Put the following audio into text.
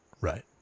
Right